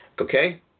okay